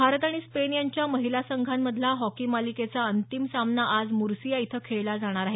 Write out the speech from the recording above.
भारत आणि स्पेन यांच्या महिला संघांमधला हॉकी मालिकेचा अंतिम सामना आज मुर्सिया इथं खेळला जाणार आहे